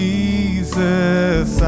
Jesus